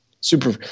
Super